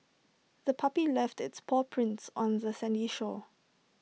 the puppy left its paw prints on the sandy shore